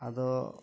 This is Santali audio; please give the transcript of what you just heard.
ᱟᱫᱚ